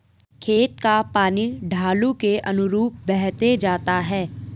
खेत का पानी ढालू के अनुरूप बहते जाता है